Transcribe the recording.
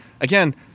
again